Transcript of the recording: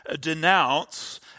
denounce